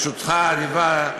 ברשותך האדיבה,